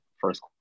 first